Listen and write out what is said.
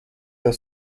the